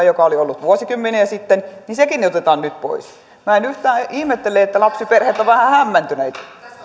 joka oli ollut vuosikymmeniä sitten niin sekin otetaan nyt pois minä en yhtään ihmettele että lapsiperheet ovat vähän hämmentyneitä